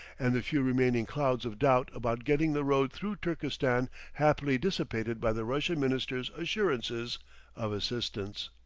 and the few remaining clouds of doubt about getting the road through turkestan happily dissipated by the russian minister's assurances of assistance.